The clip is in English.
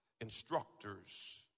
instructors